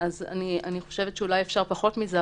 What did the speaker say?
אולי אפשר פחות מזה,